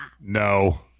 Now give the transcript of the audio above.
No